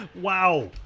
Wow